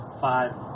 five